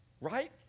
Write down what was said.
right